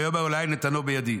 ויאמר אלוהיי נתנו בידי.